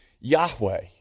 Yahweh